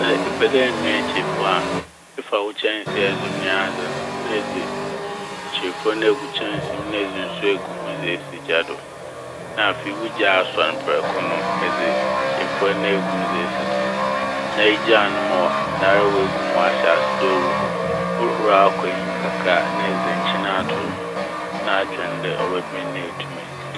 Sɛ epɛ dɛ ɛnoa kyirefuwa a, efa wo kyɛnse a edze noa adze no na edze kyirefuwa no dze egu kyɛnse no mu na edze nsu egu ho dze esi gya do. Na afei wo gya a asɔ no prɛko no edze kyirefuwa no egu mu edze esi do. Na egyaa no mɔ - nara woegu mu na wɔahyɛ ase oruhur. Ohur ara kɔ enyim kakra a na edze nkyen dze ato noho na atwɛn dɛ ɔbɛben na etum edzi.